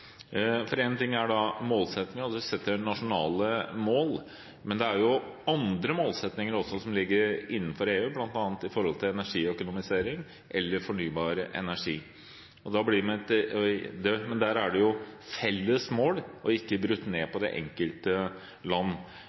rakk. Én ting er målsetting, jeg har aldri sett at det er nasjonale mål, men det er jo andre målsettinger også som ligger innenfor EU, bl.a. når det gjelder energiøkonomisering eller fornybar energi. Men der er det jo felles mål og ikke brutt ned på det enkelte land.